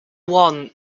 one